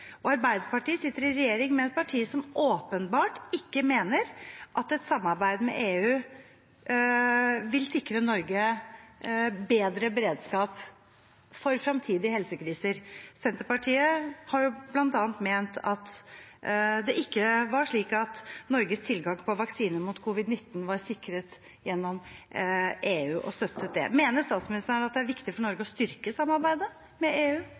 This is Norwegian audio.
Arbeiderpartiet sitter i regjering med et parti som åpenbart ikke mener at et samarbeid med EU vil sikre Norge bedre beredskap for fremtidige helsekriser. Senterpartiet har bl.a. ment at det ikke var slik at Norges tilgang på vaksiner mot covid-19 var sikret gjennom EU, og støttet det. Mener statsministeren det er viktig for statsministeren å styrke samarbeidet med EU